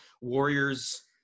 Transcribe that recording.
warriors